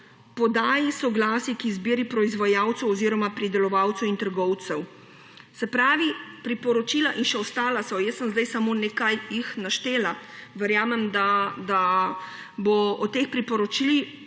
podaji soglasij k izbiri proizvajalcev oziroma pridelovalcev in trgovcev. Se pravi priporočila. In še ostala so, jaz sem jih zdaj samo nekaj naštela. Verjamem, da bo o teh priporočilih